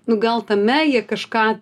nu gal tame jie kažką